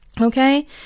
Okay